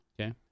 Okay